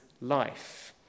life